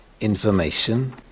information